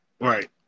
Right